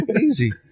Easy